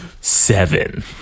seven